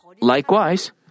Likewise